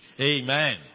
Amen